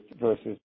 versus